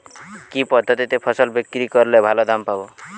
কি পদ্ধতিতে ফসল বিক্রি করলে ভালো দাম পাব?